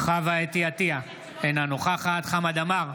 חוה אתי עטייה, אינה נוכחת חמד עמאר,